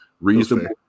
reasonable